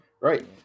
Right